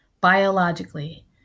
biologically